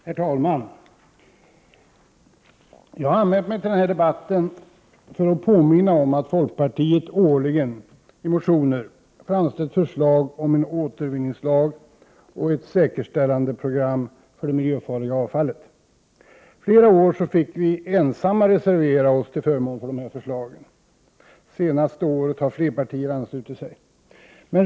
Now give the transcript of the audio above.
Herr talman! Jag har anmält mig till denna debatt för att påminna om att folkpartiet årligen i motioner har framställt förslag om en återvinningslag och ett säkerställandeprogram för det miljöfarliga avfallet. Flera år fick vi ensamma reservera oss till förmån för dessa förslag. Det senaste året har flera partier anslutit sig.